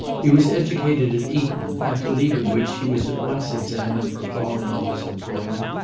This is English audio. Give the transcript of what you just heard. he was educated at eton, after leaving which he was at once examined for foreign office employment,